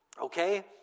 Okay